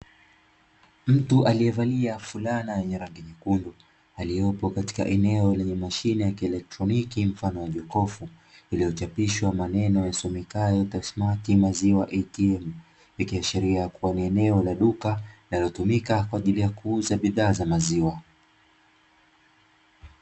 Mtu aliyevalia fulana yenye rangi nyekundu, aliyopo katika eneo lenye mashine ya kielektroniki mfano wa jokofu, iliyochapishwa maneno yasomekayo "TASSMATT MAZIWA ATM", ikiashiria kuwa ni eneo la duka linalotumika kwa ajili ya kuuza bidhaa za maziwa.